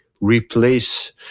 replace